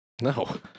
No